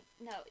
No